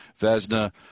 Vesna